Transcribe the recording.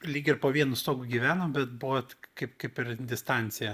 lyg ir po vienu stogu gyvenom bet buvot kaip kaip ir distancija